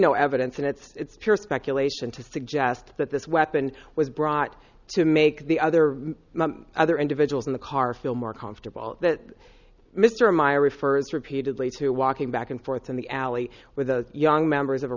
no evidence and it's it's pure speculation to suggest that this weapon was brought to make the other other individuals in the car feel more comfortable that mr meyer refers repeatedly to walking back and forth in the alley with the young members of a